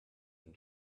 than